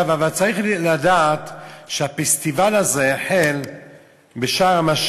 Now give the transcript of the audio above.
אבל צריך לדעת שהפסטיבל הזה החל בשארם-א-שיח',